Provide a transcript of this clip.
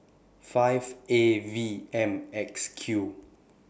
five A V M X Q